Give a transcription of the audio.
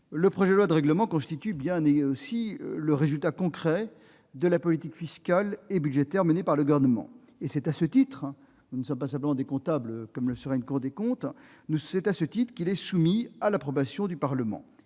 le projet de loi de règlement constitue aussi le résultat concret de la politique fiscale et budgétaire menée par le Gouvernement. C'est à ce titre- nous ne sommes pas simplement des comptables, comme le serait la Cour des comptes -qu'il est soumis à l'approbation du Parlement.